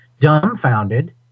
dumbfounded